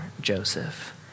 Joseph